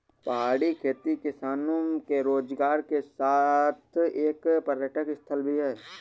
पहाड़ी खेती किसानों के रोजगार के साथ एक पर्यटक स्थल भी है